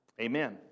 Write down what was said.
Amen